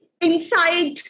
inside